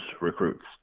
recruits